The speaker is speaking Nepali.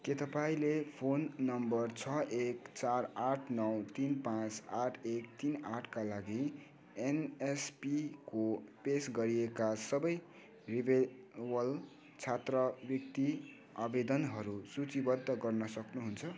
के तपाईँँले फोन नम्बर छ एक चार आठ नौ तिन पाँच आठ एक तिन आठ का लागि एनएसपिको पेस गरिएका सबै रिन्युअल छात्रवृत्ति आवेदनहरू सूचीबद्ध गर्न सक्नुहुन्छ